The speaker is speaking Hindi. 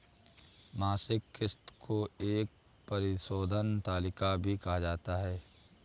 मासिक किस्त को एक परिशोधन तालिका भी कहा जाता है